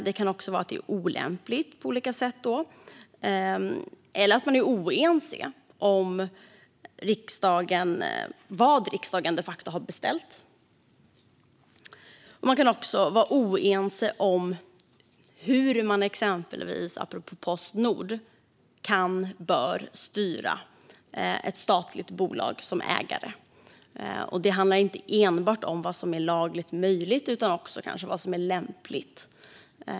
Det kan också vara olämpligt på olika sätt. Man kan också vara oense om vad riksdagen de facto har beställt. Apropå Postnord kan man också vara oense om hur man som ägare kan och bör styra ett statligt bolag. Det handlar inte enbart om vad som är lagligt möjligt utan också om vad som är lämpligt.